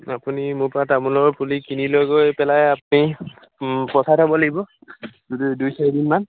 আপুনি মোৰ পৰা তামোলৰ পুলি কিনি লৈ গৈ পেলাই আপুনি পচাই থ'ব লাগিব য দুই চাৰিদিনমান